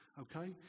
Okay